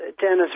Dennis